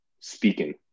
speaking